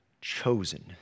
Chosen